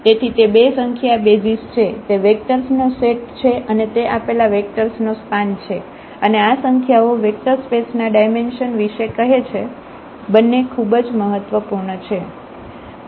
તેથી તે બે સંખ્યા બેસિઝ છે તે વેક્ટર્સ નો સેટ છે અને તે આપેલા વેક્ટર્સ નો સ્પાન છે અને આ સંખ્યાઓ વેક્ટર સ્પેસ ના ડાયમેન્શન વિશે કહે છે બંને ખુબજ મહત્વપૂર્ણ છે